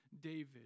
David